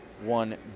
one